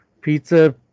pizza